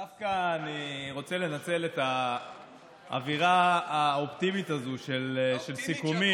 אני דווקא רוצה לנצל את האווירה האופטימית הזו של סיכומים,